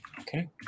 Okay